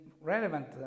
relevant